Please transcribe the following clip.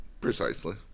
Precisely